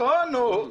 נכון נו.